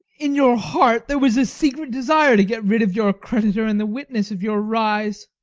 in your heart, there was a secret desire to get rid of your creditor and the witness of your rise.